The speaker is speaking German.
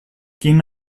gehen